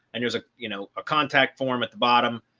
and there's a you know, a contact form at the bottom.